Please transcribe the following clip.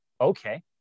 okay